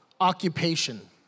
occupation